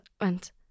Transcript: went